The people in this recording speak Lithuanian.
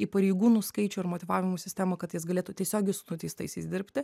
į pareigūnų skaičių ir motyvavimo sistemą kad jis galėtų tiesiogiai su nuteistaisiais dirbti